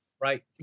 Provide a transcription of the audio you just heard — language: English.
Right